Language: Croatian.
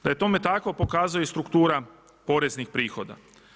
Da je tome tako pokazuje i struktura poreznih prihoda.